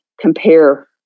compare